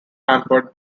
hampered